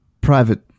private